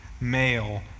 male